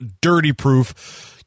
dirty-proof